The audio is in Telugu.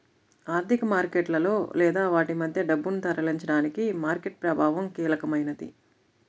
ఆర్థిక మార్కెట్లలో లేదా వాటి మధ్య డబ్బును తరలించడానికి మార్కెట్ ప్రభావం కీలకమైనది